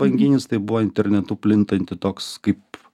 banginis tai buvo internetu plintanti toks kaip